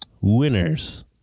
winners